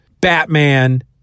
Batman